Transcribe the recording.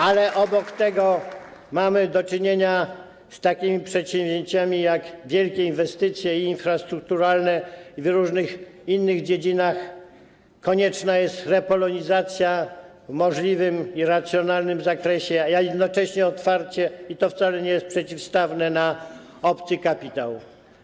Ale obok tego mamy do czynienia z takimi przedsięwzięciami jak wielkie inwestycje infrastrukturalne, w różnych innych dziedzinach konieczna jest repolonizacja w możliwym i racjonalnym zakresie, a jednocześnie otwarcie, i to wcale nie jest przeciwstawne, na obcy kapitał.